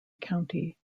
county